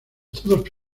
todos